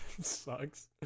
sucks